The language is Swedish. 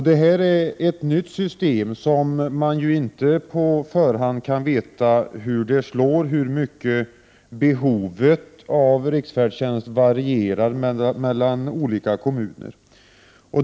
Det här är ett nytt system, och man kan på förhand inte veta hur det kommer att slå beroende på hur mycket behovet av riksfärdtjänst varierar mellan olika kommuner.